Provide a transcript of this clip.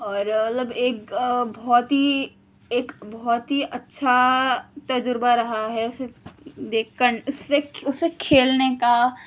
اور مطلب ایک بہت ہی ایک بہت ہی اچھا تجربہ رہا ہے اسے دیکھ کر اسے اسے کھیلنے کا